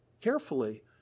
carefully